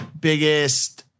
biggest